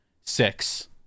six